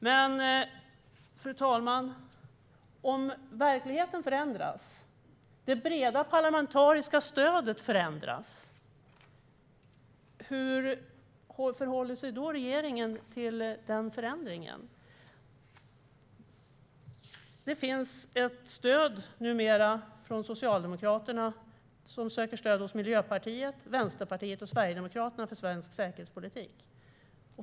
Men, fru talman, om verkligheten och det breda parlamentariska stödet förändras, hur förhåller sig då regeringen till den förändringen? Socialdemokraterna söker numera stöd hos Miljöpartiet, Vänsterpartiet och Sverigedemokraterna för svensk säkerhetspolitik.